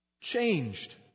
changed